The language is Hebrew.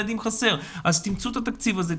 אז תמצאו את התקציב הזה,